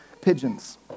pigeons